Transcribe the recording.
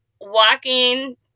walking